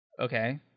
Okay